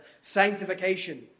sanctification